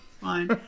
fine